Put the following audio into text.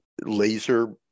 laser